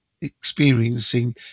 experiencing